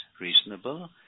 reasonable